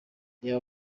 reba